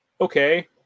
okay